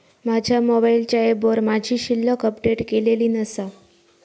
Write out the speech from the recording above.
माझ्या मोबाईलच्या ऍपवर माझी शिल्लक अपडेट केलेली नसा